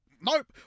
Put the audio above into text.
Nope